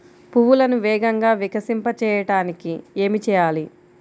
పువ్వులను వేగంగా వికసింపచేయటానికి ఏమి చేయాలి?